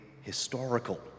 historical